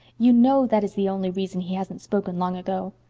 you know that is the only reason he hasn't spoken long ago.